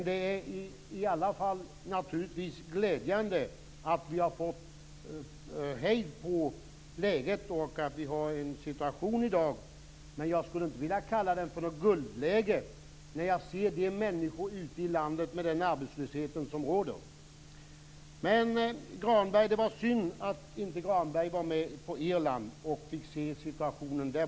Det är i varje fall glädjande att vi har fått hejd på läget - men med den arbetslöshet som råder bland människor ute i landet skulle jag inte vilja kalla dagens läge för något guldläge. Det var synd att Granberg inte var med på Irland och fick se situationen där.